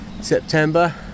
September